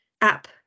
app